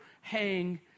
hang